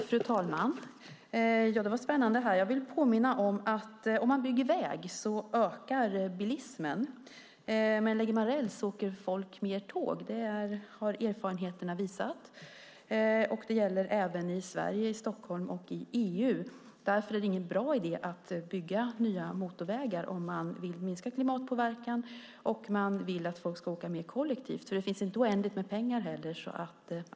Fru talman! Ja, det här var spännande. Jag vill påminna om att om man bygger väg ökar bilismen, men lägger man räls åker folk mer tåg. Det har erfarenheterna visat, och det gäller även i Sverige, i Stockholm och i EU. Därför är det ingen bra idé att bygga nya motorvägar om man vill minska klimatpåverkan och om man vill att folk ska åka mer kollektivt. Det finns inte oändligt med pengar heller.